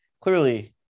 clearly